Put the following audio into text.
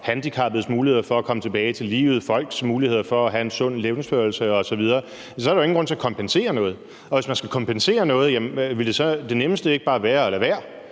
handicappedes muligheder for at komme tilbage til livet, folks muligheder for at have en sund levnedsførelse osv., så er der jo ingen grund til at kompensere noget. Og hvis man skal kompensere noget, ville det nemmeste så ikke bare være at lade være